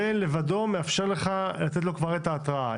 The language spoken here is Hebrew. זה לבדו מאפשר לך לתת לו את ההתראה.